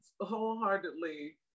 wholeheartedly